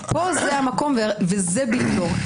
פה זה המקום, וזה בלתו.